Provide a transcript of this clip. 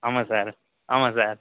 ஆமாம் சார் ஆமாம் சார்